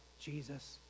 Jesus